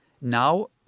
Now